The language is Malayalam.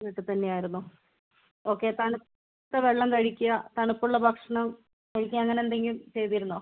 വീട്ടിൽത്തന്നെ ആയിരുന്നു ഓക്കെ തണുത്ത വെള്ളം കഴിക്കുക തണുപ്പുള്ള ഭക്ഷണം കഴിക്കുക അങ്ങനെ എന്തെങ്കിലും ചെയ്തിരുന്നോ